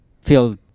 feel